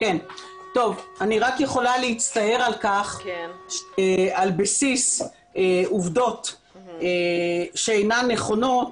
אני רק יכולה להצטער על כך שעל בסיס עובדות שאינן נכונות,